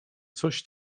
coś